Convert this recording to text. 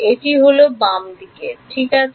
এটি হল বাম দিকে ঠিক আছে